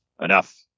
Enough